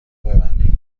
ببندید